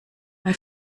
bei